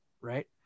Right